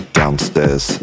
downstairs